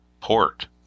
port